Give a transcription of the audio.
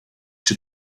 czy